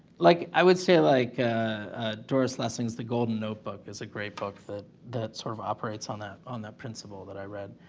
like i would say like doris lessing is the golden. notebook is a great book that that sort of operates on that on that principle that i read